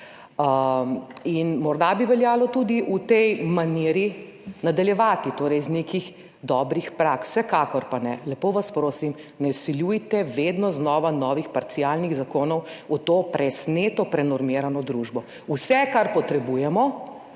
Morda bi veljalo tudi v tej maniri nadaljevati, torej iz nekih dobrih praks, vsekakor pa, lepo vas prosim, ne vsiljujte vedno znova novih parcialnih zakonov v to presneto prenormirano družbo. Vse, kar potrebujemo,